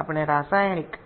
এখন আমাদের রাসায়নিকের